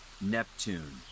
Neptune